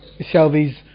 Shelby's